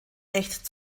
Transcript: recht